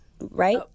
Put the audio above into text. Right